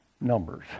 numbers